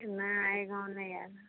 नहि एहि गाममे नहि आएल हँ